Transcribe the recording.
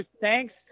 thanks